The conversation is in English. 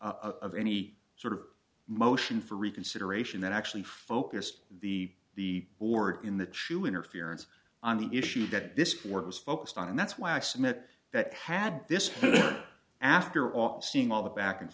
of any sort of motion for reconsideration that actually focused the the board in that shoe interference on the issue that this court was focused on and that's why i submit that had this after all seeing all the back and